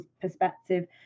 perspective